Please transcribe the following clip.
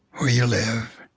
where you live,